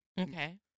Okay